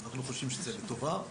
אנחנו חושבים שזה לטובה,